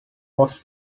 was